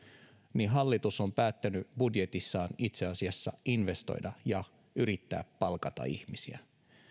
niin hallitus on päättänyt budjetissaan itse asiassa investoida ja yrittää palkata ihmisiä